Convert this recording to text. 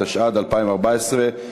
התשע"ד 2014,